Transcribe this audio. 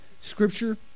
Scripture